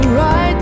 right